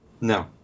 No